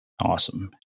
Awesome